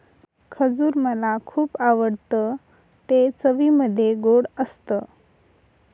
खजूर मला खुप आवडतं ते चवीमध्ये गोड असत